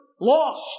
lost